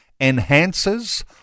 enhances